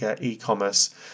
e-commerce